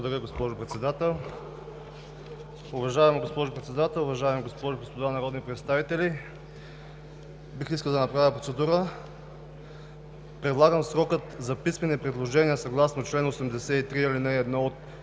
Благодаря, госпожо Председател. Уважаема госпожо Председател, уважаеми госпожи и господа народни представители! Бих искал да направя процедура – предлагам срокът за писмени предложения съгласно чл. 83, ал. 1 от